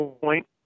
point